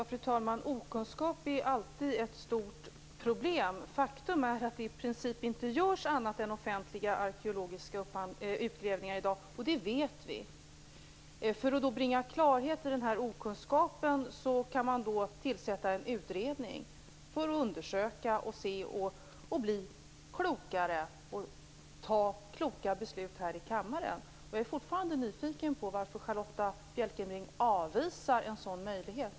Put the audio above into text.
Fru talman! Okunskap är alltid ett stort problem. Faktum är att det i princip inte görs annat än offentliga arkeologiska utgrävningar i dag, och det vet vi. För att bringa klarhet i den här okunskapen kan man tillsätta en utredning för att undersöka och bli klokare och fatta kloka beslut här i kammaren. Jag är fortfarande nyfiken på varför Charlotta Bjälkebring avvisar en sådan möjlighet.